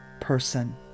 person